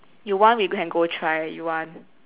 you want we can go try you want